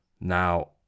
Now